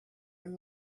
and